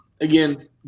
Again